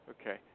Okay